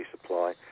supply